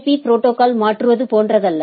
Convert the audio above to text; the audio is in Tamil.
பீ ப்ரோடோகால்ஸ்களை மாற்றுவது போன்றதல்ல